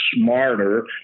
smarter